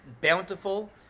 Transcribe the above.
bountiful